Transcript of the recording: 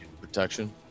protection